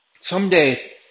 Someday